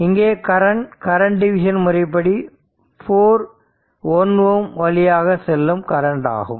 இங்கே current current division முறைப்படி 4 1 Ω வழியாக செல்லும் கரண்ட் ஆகும்